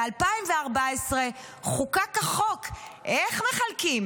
ב-2014 חוקק החוק איך מחלקים.